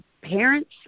parents